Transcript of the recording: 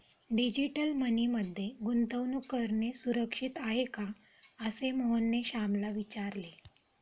digital money मध्ये गुंतवणूक करणे सुरक्षित आहे का, असे मोहनने श्यामला विचारले